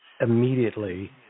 immediately